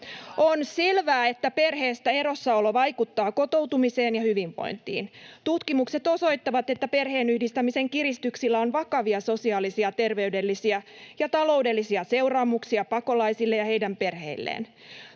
On selvää, että perheestä erossaolo vaikuttaa kotoutumiseen ja hyvinvointiin. Tutkimukset osoittavat, että perheenyhdistämisen kiristyksillä on vakavia sosiaalisia, terveydellisiä ja taloudellisia seuraamuksia pakolaisille ja heidän perheilleen.